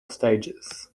stages